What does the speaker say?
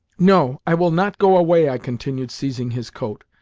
no, i will not go away! i continued, seizing his coat.